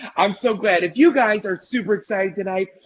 i am so glad. if you guys are super excited tonight,